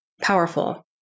powerful